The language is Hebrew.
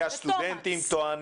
-- שהסטודנטים טוענים,